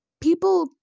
People